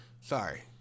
Sorry